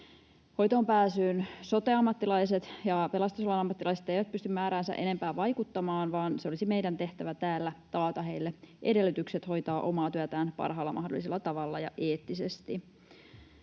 Hoitoonpääsyyn sote-ammattilaiset ja pelastusalan ammattilaiset eivät pysty määräänsä enempää vaikuttamaan, vaan olisi meidän tehtävämme täällä taata heille edellytykset hoitaa omaa työtään parhaalla mahdollisella tavalla ja eettisesti.